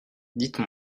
dites